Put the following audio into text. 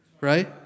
Right